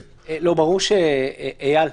איל,